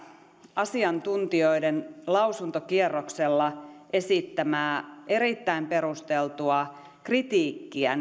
asiantuntijoiden lausuntokierroksella esittämää erittäin perusteltua kritiikkiä